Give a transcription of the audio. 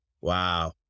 wow